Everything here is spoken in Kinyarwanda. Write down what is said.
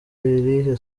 irihe